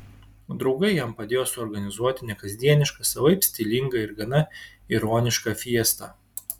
draugai jam padėjo suorganizuoti nekasdienišką savaip stilingą ir gana ironišką fiestą